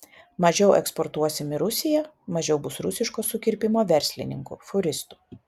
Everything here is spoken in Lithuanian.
mažiau eksportuosim į rusiją mažiau bus rusiško sukirpimo verslininkų fūristų